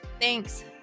Thanks